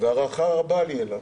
והערכה רבה לי אליו